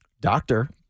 Doctor